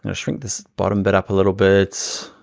and shrink this bottom bit up a little bit.